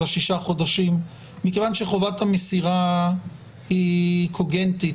ה-6 חודשים --- מכיוון שחובת המסירה היא קוגנטית,